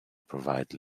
provide